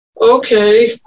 Okay